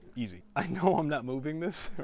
easy. i know i'm not moving this.